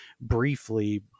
briefly